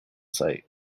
site